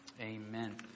Amen